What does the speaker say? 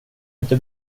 inte